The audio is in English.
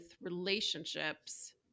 relationships